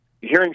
hearing